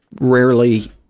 rarely